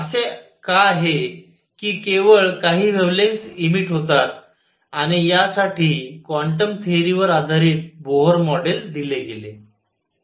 असे का आहे की केवळ काही वेव्हलेंग्थसच इमिट होतात आणि यासाठी क्वांटम थेअरीवर आधारित बोहर मॉडेल दिले गेले